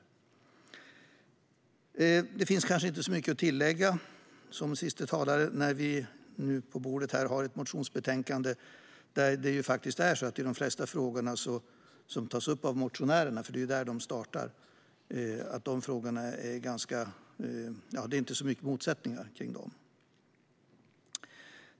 Som siste talare kanske det inte finns så mycket att tillägga eftersom vi på riksdagens bord har ett motionsbetänkande där det i de flesta frågor som tas upp av motionärerna - det är ju där de startar - faktiskt inte finns så mycket motsättningar.